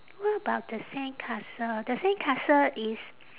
what about the sandcastle the sandcastle is